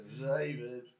David